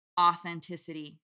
authenticity